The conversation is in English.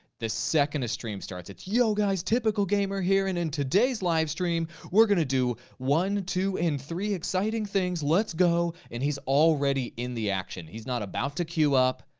the second a stream starts it's, yo guys, typical gamer here and in today's live stream we're gonna do one, two and three exciting things, let's go. and he's already in the action. he's not about to cue up.